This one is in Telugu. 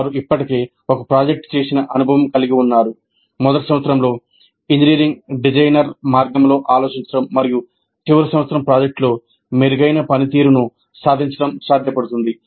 వారు ఇప్పటికే ఒక ప్రాజెక్ట్ చేసిన అనుభవం కలిగి ఉన్నారు మొదటి సంవత్సరంలో ఇంజనీరింగ్ డిజైనర్ మార్గంలో ఆలోచించడం మరియు చివరి సంవత్సరం ప్రాజెక్టులో మెరుగైన పనితీరును సాధించడం సాధ్యపడుతుంది